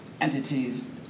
entities